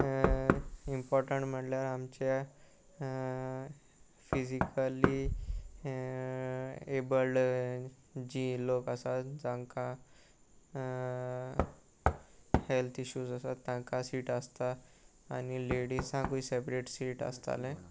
important म्हणल्यार आमच्या physically abled जी लोक आसात जांकां हेल्थ इशूज आसात तांकां सीट आसता आनी लेडिसांकूय सेपरेट सीट आसतालें